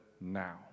now